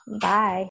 Bye